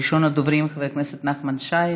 מס' 9751. ראשון הדוברים, חבר הכנסת נחמן שי.